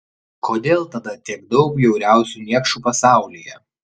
kodėl tada tiek daug bjauriausių niekšų pasaulyje